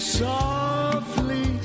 softly